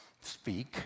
speak